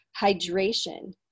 Hydration